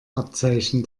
abzeichen